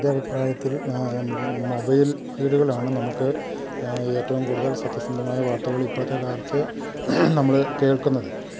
എൻ്റെ അഭിപ്രായത്തിൽ മൊബൈൽ ഫീഡ്കളാണ് നമുക്ക് ഏറ്റവും കൂടുതൽ സത്യസന്ധമായ വാർത്തകള് ഇപ്പഴത്തെ കാലത്ത് നമ്മള് കേൾക്കുന്നത്